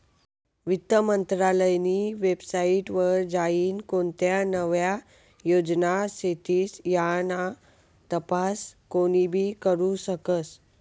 वित्त मंत्रालयनी वेबसाईट वर जाईन कोणत्या नव्या योजना शेतीस याना तपास कोनीबी करु शकस